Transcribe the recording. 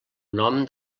nom